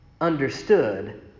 understood